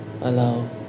allow